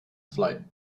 float